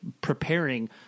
preparing